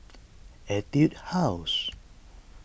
Etude House